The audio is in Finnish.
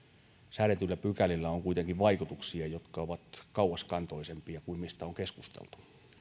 säädetyillä pykälillä on kuitenkin vaikutuksia jotka ovat kauaskantoisempia kuin mistä on keskusteltu